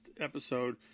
episode